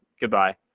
Goodbye